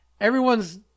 everyone's